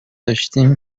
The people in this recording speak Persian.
داشتیم